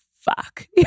fuck